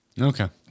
Okay